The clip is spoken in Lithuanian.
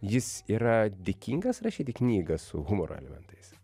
jis yra dėkingas rašyti knygą su humoro elementais